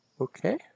Okay